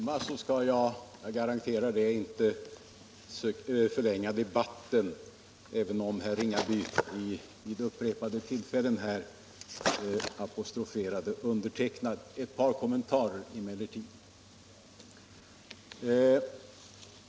Herr talman! I denna sena timme skall jag inte förlänga debatten, även om herr Ringaby vid upprepade tillfällen apostroferade mig. Jag vill emellertid göra en liten kommentar.